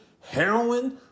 heroin